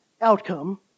outcome